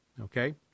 Okay